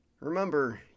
remember